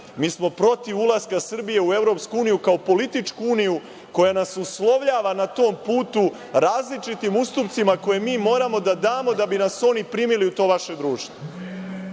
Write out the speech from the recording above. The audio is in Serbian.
Mi smo protiv ulaska Srbije u Evropsku uniju kao političku uniju koja nas uslovljava na tom putu različitim ustupcima koje mi moramo da damo da bi nas oni primili u to vaše društvo.